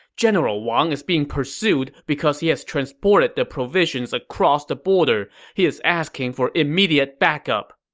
general wang is being pursued because he has transported the provisions across the border. he is asking for immediate backup.